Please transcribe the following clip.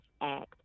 act